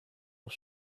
auf